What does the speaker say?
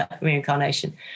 reincarnation